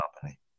company